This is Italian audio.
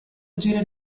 agire